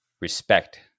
respect